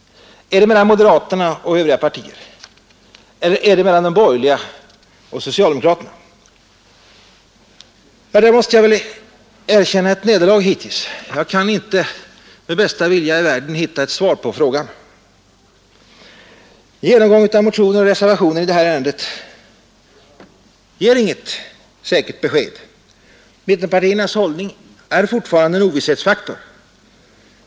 Är det mellan moderaterna och övriga partier? Är det mellan de borgerliga och socialdemokraterna? Här måste jag väl erkänna ett nederlag hittills. Jag kan inte med bästa vilja i världen hitta ett svar på frågan. En genomgång av motioner och reservationer i det här ärendet ger inget säkert besked. Mittenpartiernas hållning är fortfarande en ovisshetsfaktor.